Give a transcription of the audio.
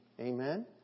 Amen